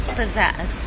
possess